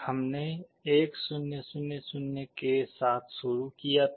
हमने 1 0 0 0 के साथ शुरू किया था